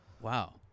Wow